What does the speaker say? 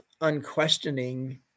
unquestioning